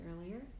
earlier